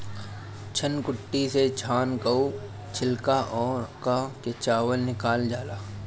धनकुट्टी से धान कअ छिलका अलग कअ के चावल निकालल जाला